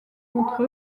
contre